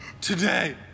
today